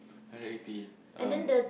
hundred eighty um